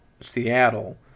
Seattle